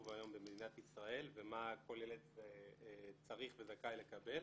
היום במדינת ישראל ומה כל ילד צריך וזכאי לקבל.